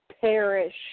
perish